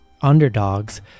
underdogs